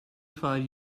five